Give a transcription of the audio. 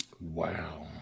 Wow